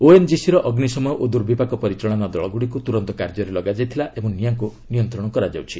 ଓଏନ୍ଜିସିର ଅଗ୍ରିଶମ ଓ ଦୁର୍ବିପାକ ପରିଚାଳନା ଦଳଗୁଡ଼ିକୁ ତୁରନ୍ତ କାର୍ଯ୍ୟରେ ଲଗାଯାଇଥିଲା ଓ ନିଆଁକୁ ନିୟନ୍ତ୍ରଣ କରାଯାଉଛି